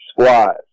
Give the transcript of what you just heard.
squats